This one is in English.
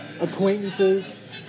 acquaintances